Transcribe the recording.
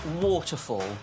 waterfall